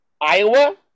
Iowa